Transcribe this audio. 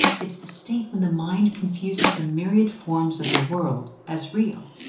it's the state when the mind confuses the myriad forms of the world as real,